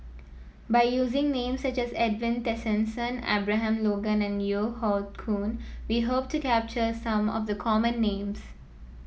by using names such as Edwin Tessensohn Abraham Logan and Yeo Hoe Koon we hope to capture some of the common names